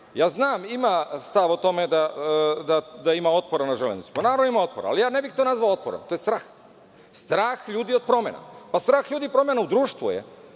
ja znam, ima stav o tome da ima otpora na „Železnicu“, pa naravno, ima otpor, ali ja ne bih to nazvao otporom, to je strah. Strah ljudi od promena, strah je ljudi promena u društvu,